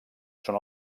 són